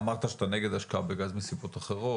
אמרת שאתה נגד השקעה מסיבות אחרות,